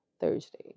Thursday